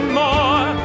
more